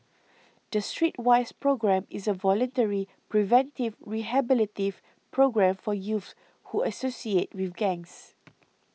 the Streetwise Programme is a voluntary preventive rehabilitative programme for youths who associate with gangs